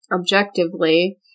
objectively